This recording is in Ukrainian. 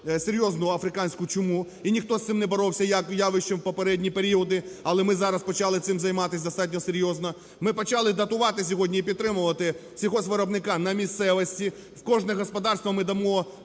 серйозну африканську чуму, і ніхто з цим не боровся явищем в попередні періоди, але ми зараз почали цим займатись достатньо серйозно. Ми почали дотувати сьогодні, і підтримувати сільгоспвиробника на місцевості. В кожне господарство ми дамо,